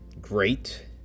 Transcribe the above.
great